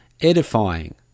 edifying